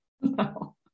No